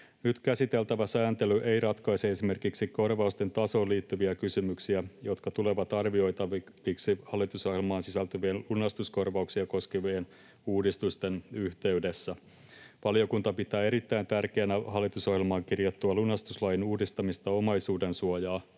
Nyt käsiteltävä sääntely ei ratkaise esimerkiksi korvausten tasoon liittyviä kysymyksiä, jotka tulevat arvioitaviksi hallitusohjelmaan sisältyvien, lunastuskorvauksia koskevien uudistusten yhteydessä. Valiokunta pitää erittäin tärkeänä hallitusohjelmaan kirjattua lunastuslain uudistamista omaisuudensuojaa